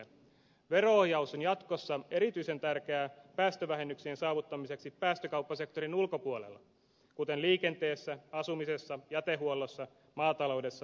vero ohjaus on jatkossa erityisen tärkeää päästövähennyksien saavuttamiseksi päästökauppasektorin ulkopuolella kuten liikenteessä asumisessa jätehuollossa maataloudessa ja palveluissa